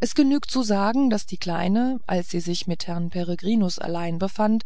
es genügt zu sagen daß die kleine als sie sich mit herrn peregrinus allein befand